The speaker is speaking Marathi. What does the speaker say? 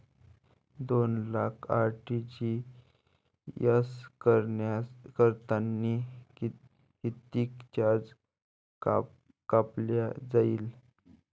दोन लाख आर.टी.जी.एस करतांनी कितीक चार्ज कापला जाईन?